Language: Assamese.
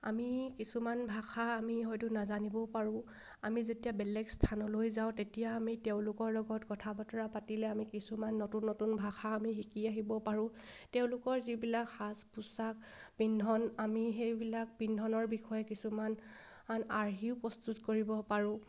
আমি কিছুমান ভাষা আমি হয়তো নাজানিবও পাৰোঁ আমি যেতিয়া বেলেগ স্থানলৈ যাওঁ তেতিয়া আমি তেওঁলোকৰ লগত কথা বতৰা পাতিলে আমি কিছুমান নতুন নতুন ভাষা আমি শিকি আহিব পাৰোঁ তেওঁলোকৰ যিবিলাক সাজ পোছাক পিন্ধন আমি সেইবিলাক পিন্ধনৰ বিষয়ে কিছুমান আৰ্হিও প্ৰস্তুত কৰিব পাৰোঁ